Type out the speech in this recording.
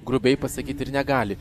grubiai pasakyti ir negali